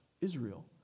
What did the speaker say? Israel